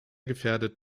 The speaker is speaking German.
gefährdet